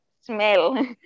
smell